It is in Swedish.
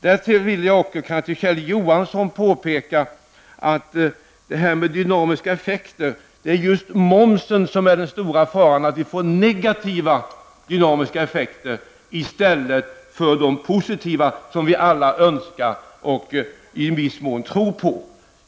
Jag vill till Kjell Johansson angående detta med dynamiska effekter påpeka att just momsen utgör den stora faran för att vi skall få negativa dynamiska effekter i stället för de positiva som vi alla önskar och i en viss mån tror på.